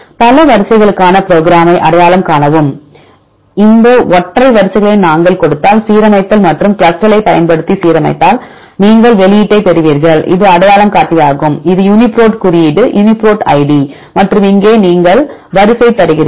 பல வரிசைகளுக்கான ப்ரோக்ராமை அடையாளம் காணவும் இந்த ஒற்றை வரிசைகளை நாங்கள் கொடுத்தால் சீரமைத்தல் மற்றும் CLUSTAL ஐப் பயன்படுத்தி சீரமைத்தால் நீங்கள் வெளியீட்டைப் பெறுவீர்கள் இது அடையாளங்காட்டியாகும் இது Uniprot குறியீடு Uniprot id மற்றும் இங்கே நீங்கள் வரிசை தருகிறீர்கள்